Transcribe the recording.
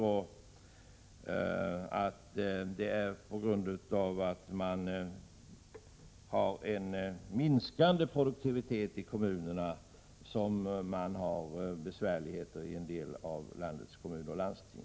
Det sägs att det är på grund av minskande produktivitet i kommunerna som man har besvärligheter i en del av landets kommuner och landsting.